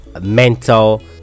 mental